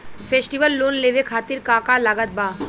Festival loan लेवे खातिर का का लागत बा?